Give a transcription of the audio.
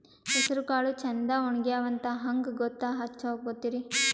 ಹೆಸರಕಾಳು ಛಂದ ಒಣಗ್ಯಾವಂತ ಹಂಗ ಗೂತ್ತ ಹಚಗೊತಿರಿ?